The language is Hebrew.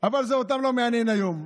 אבל זה לא מעניין אותם היום.